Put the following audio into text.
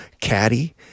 Caddy